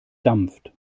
dampft